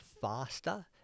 faster